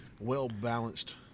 well-balanced